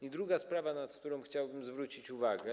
I druga sprawa, na którą chciałbym zwrócić uwagę.